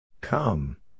Come